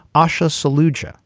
ushe ah solution.